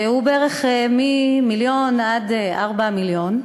בערך ממיליון עד 4 מיליון,